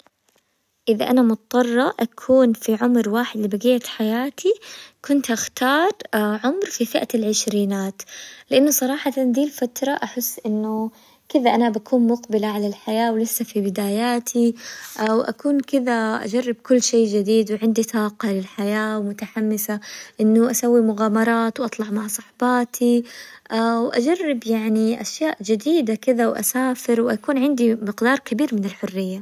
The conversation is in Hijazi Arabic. إذا أنا مضطرة اكون في عمر واحد لبقيت حياتي كنت اختار عمر في فئة العشرينات لانه صراحة ذي الفترة، احس انه كذا انا بكون مقبلة على الحياة ولسه في بداياتي، واكون كذا اجرب كل شي جديد وعندي طاقة للحياة ومتحمسة انه اسوي مغامرات، واطلع مع صاحباتي، واجرب يعني اشياء جديدة كذا واسافر ويكون عندي مقدار كبير من الحرية.